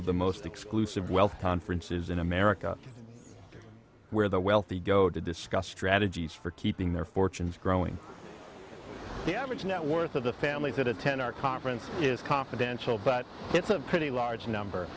of the most exclusive wealth conferences in america where the wealthy go to discuss strategies for keeping their fortunes growing the average net worth of the families that attend our conference is confidential but it's a pretty large number